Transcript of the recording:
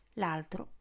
l'altro